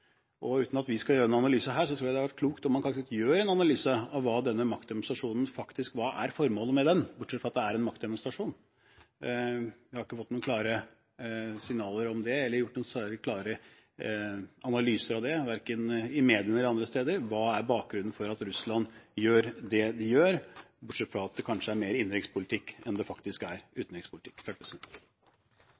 Uten at vi skal gjøre noen analyse her og nå, tror jeg det hadde vært klokt at man faktisk gjør en analyse av hva som er formålet med denne maktdemonstrasjonen, bortsett fra at det er en maktdemonstrasjon. Jeg har ikke – verken i mediene eller andre steder – fått noen klare signaler om, eller noen særlig klare analyser av, hva som er bakgrunnen for at Russland gjør det de gjør, bortsett fra at det kanskje er mer innenrikspolitikk enn det faktisk er utenrikspolitikk.